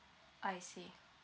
I see